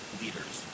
leaders